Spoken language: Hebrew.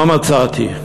לא מצאתי.